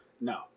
No